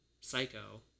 Psycho